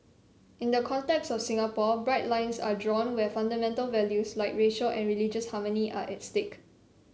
in the context of Singapore bright lines are drawn where fundamental values like racial and religious harmony are at stake